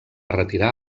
retirar